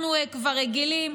אנחנו כבר רגילים.